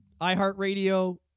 iHeartRadio